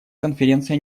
конференция